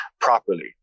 properly